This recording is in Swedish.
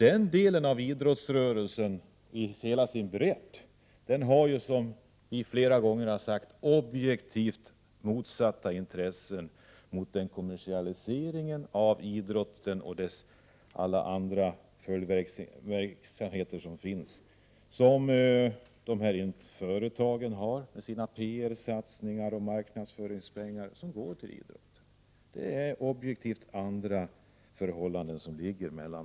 Den delen av idrottsrörelsen har, vilket vi i vpk flera gånger har sagt, i hela sin bredd objektivt sett motsatt intresse i förhållande till företagen med deras PR-satsningar och marknadsföringspengar som leder till en kommersialisering av idrotten.